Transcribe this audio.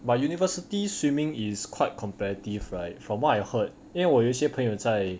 but university swimming is quite competitive right from what I heard 因为我有些朋友在